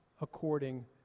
according